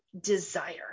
desire